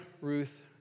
Ruth